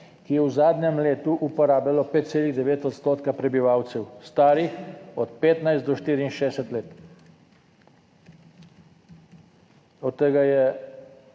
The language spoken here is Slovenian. ki je v zadnjem letu uporabljalo 5,9 odstotka prebivalcev starih od 15 do 64 let." Od tega je